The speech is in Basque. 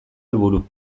helburu